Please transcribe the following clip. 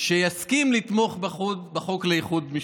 שיסכים לתמוך בחוק לאיחוד משפחות.